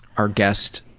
our guest,